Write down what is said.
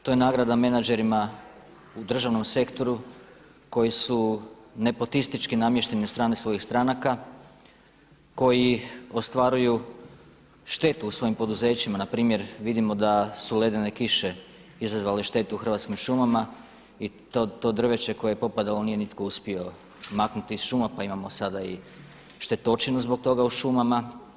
To je nagrada menadžerima u državnom sektoru koji su nepotistički namješteni od strane svojih stranaka, koji ostvaruju štetu u svojim poduzećima npr. vidimo da su ledene kiše izazvale štetu u Hrvatskim šumama i to drveće koje je popadalo nije nitko uspio maknuti iz šuma pa imamo sada i štetočinu zbog toga u šumama.